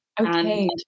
Okay